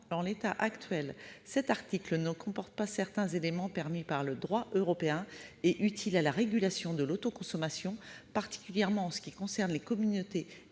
en l'état actuel, il ne comporte pas certains éléments permis par le droit européen et utiles à la régulation de l'autoconsommation, particulièrement pour ce qui concerne les communautés